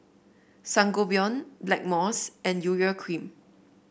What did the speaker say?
Sangobion Blackmores and Urea Cream